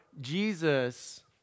Jesus